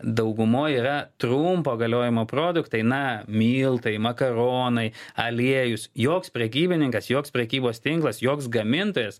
daugumoj yra trumpo galiojimo produktai na miltai makaronai aliejus joks prekybininkas joks prekybos tinklas joks gamintojas